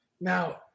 now